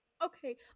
okay